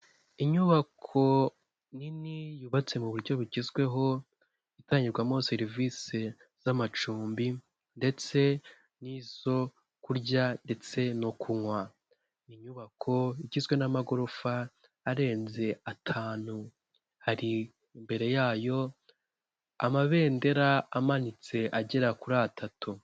Inyubako nini yubatse mu buryo bugezweho itangirwamo serivise z'amacumbi ndetse n'izo kurya ndetse no kunywa, inyubako igizwe n'amagorofa arenze atanu. Hari imbere yayo amabendera amanitse agera kuri atatu.